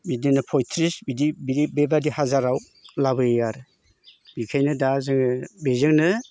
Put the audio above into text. बिदिनो पइट्रिस बिदि बिदि बेबायदि हाजाराव लाबोयो आरो बेखायनो दा जोङो बेजोंनो